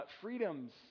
freedoms